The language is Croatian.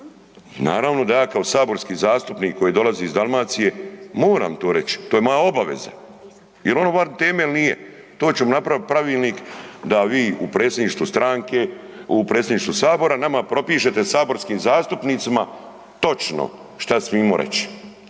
naravno da ja kao saborski zastupnik koji dolazi iz Dalmacije moram to reć, to je moja obaveza jel ono van teme ili nije, tu ćemo napraviti pravilnik da vi u predsjedništvu stranke, u predsjedništvu sabora, nama propišete saborskim zastupnicima točno šta smimo reći,